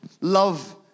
Love